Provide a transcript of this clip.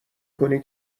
کنی